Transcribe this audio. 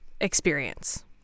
experience